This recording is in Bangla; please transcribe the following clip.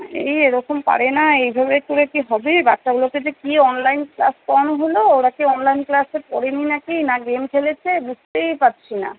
এই এরকম পারে না এইভাবে করে কি হবে বাচ্চাগুলোকে যে কি অনলাইন ক্লাস করানো হলো ওরা কি অনলাইন ক্লাসে পড়ে নি নাকি না গেম খেলেছে বুঝতেই পারছি না